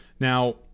Now